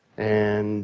and